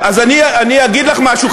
אז אני אגיד לך משהו,